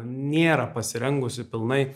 nėra pasirengusi pilnai